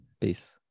peace